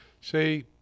say